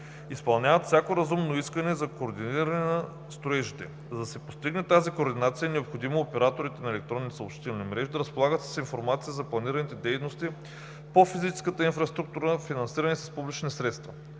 изпълняват всяко разумно искане за координиране на строежите.“ За да се постигне тази координация, е необходимо операторите на електронни съобщителни мрежи да разполагат с информация за планираните дейности по физическата инфраструктура на финансиране с публични средства.